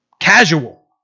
Casual